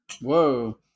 Whoa